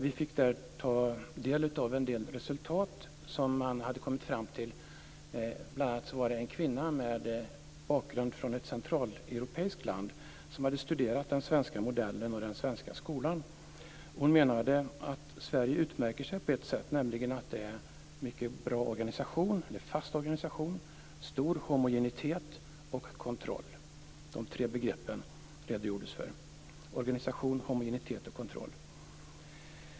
Vi fick där ta del av en del resultat som man hade kommit fram till. Bl.a. var det en kvinna med bakgrund från ett centraleuropeiskt land som hade studerat den svenska modellen och den svenska skolan. Hon menade att Sverige utmärker sig på ett sätt, nämligen att det är en mycket fast organisation, stor homogenitet och kontroll. De tre begreppen redogjordes det för.